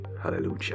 Hallelujah